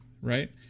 right